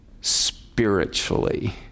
spiritually